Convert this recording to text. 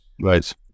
Right